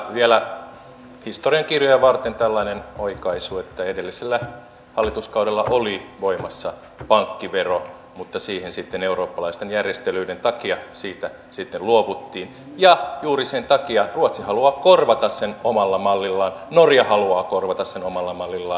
vielä historiankirjoja varten tällainen oikaisu että edellisellä hallituskaudella oli voimassa pankkivero mutta eurooppalaisten järjestelyiden takia siitä sitten luovuttiin ja juuri sen takia ruotsi haluaa korvata sen omalla mallillaan norja haluaa korvata sen omalla mallillaan